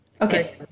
okay